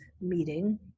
meeting